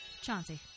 Chauncey